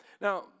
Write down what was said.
Now